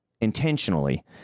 intentionally